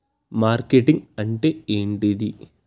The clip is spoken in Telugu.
మార్కెటింగ్ అంటే ఏంటిది?